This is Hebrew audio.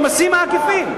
במסים העקיפים.